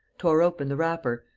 tore open the wrapper,